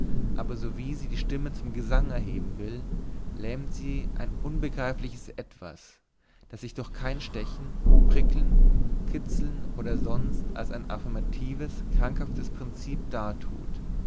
aber sowie sie die stimme zum gesange erheben will lähmt ein unbegreifliches etwas das sich durch kein stechen prickeln kitzeln oder sonst als ein affirmatives krankhaftes prinzip dartut